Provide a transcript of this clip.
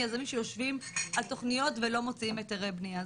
יזמים שיושבים על תוכניות ולא מוציאים היתרי בנייה,